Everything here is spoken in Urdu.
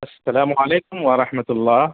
اسلام علیکم ورحمت اللہ